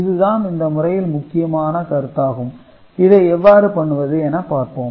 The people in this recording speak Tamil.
இது தான் இந்த முறையில் முக்கியமான கருத்தாகும் இதை எவ்வாறு பண்ணுவது என பார்ப்போம்